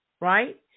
right